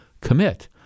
commit